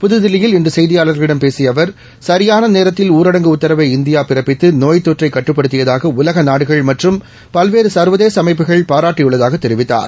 புத்தில்லியில் இன்று செய்தியாள்களிடம் பேசிய அவர் சியான நேரத்தில் ஊரடங்கு உத்தரவை இந்தியா பிறப்பித்து நோய்த்தொற்றை கட்டுப்படுத்தியதாக உலக நாடுகள் மற்றம் பல்வேற ச்வதேச அமைப்புகள் பாராட்டியுள்ளதாக தெரிவித்தார்